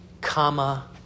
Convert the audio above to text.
comma